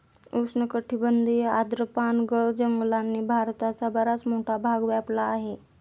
उष्णकटिबंधीय आर्द्र पानगळ जंगलांनी भारताचा बराच मोठा भाग व्यापला आहे